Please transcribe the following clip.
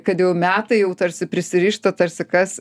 kad jau metai jau tarsi prisirišta tarsi kas